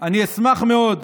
אני אספר לך,